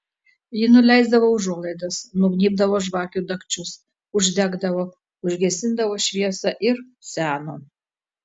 ji nuleisdavo užuolaidas nugnybdavo žvakių dagčius uždegdavo užgesindavo šviesą ir seno